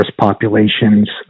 populations